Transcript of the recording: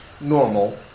normal